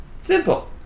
Simple